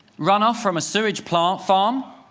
runoff from a sewage plant farm.